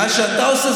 מה שאתה עושה,